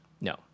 no